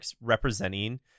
representing